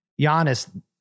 Giannis